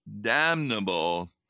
damnable